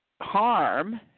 harm